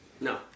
No